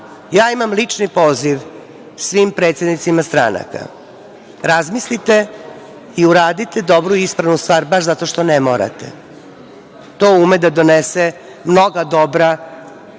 imam lični poziv svim predsednicima stranaka, razmislite i uradite dobru i ispravnu stvar, baš zato što ne morate. To ume da donese mnoga dobra